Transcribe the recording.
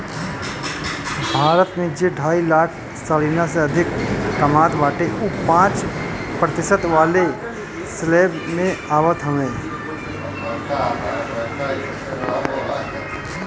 भारत में जे ढाई लाख सलीना से अधिका कामत बाटे उ पांच प्रतिशत वाला स्लेब में आवत हवे